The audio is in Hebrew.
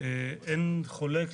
אין חולק,